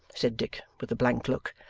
said dick, with a blank look,